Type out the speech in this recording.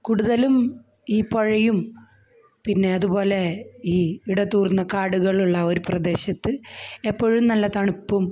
കൂടുതലും ഈ പുഴയും പിന്നെ അതുപോലെ ഈ ഇടതൂർന്ന കാടുകളുള്ള ഒരു പ്രദേശത്ത് എപ്പോഴും നല്ല തണുപ്പും